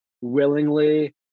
willingly